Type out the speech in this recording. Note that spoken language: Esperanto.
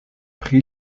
pri